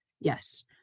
Yes